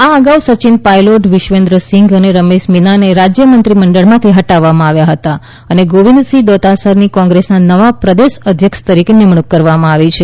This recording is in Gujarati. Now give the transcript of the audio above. આ અગાઉ સચિન પાયલોટ વિશવેન્દ્ર સિંઘ અને રમેશ મીનાને રાજ્ય મંત્રીમંડળમાંથી હટાવવામાં આવ્યા હતા અને ગોવિંદસિંહ દોતાસરાની કોંગ્રેસના નવા પ્રદેશ અધ્યક્ષ તરીકે નિમણૂક કરવામાં આવી છે